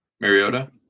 Mariota